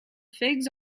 figs